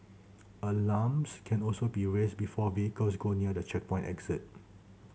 alarms can also be raised before vehicles go near the checkpoint exit